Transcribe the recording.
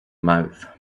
mouth